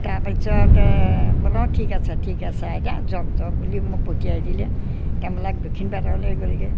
তাৰপিছতে বোলে অঁ ঠিক আছে ঠিক আছে আইতা যাওক যাওক বুলি মোক পঠিয়াই দিলে তেওঁবিলাক দক্ষিণ পাটলৈ গ'লগৈ